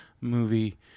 movie